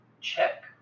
check